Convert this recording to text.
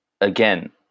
again